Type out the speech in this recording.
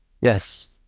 Yes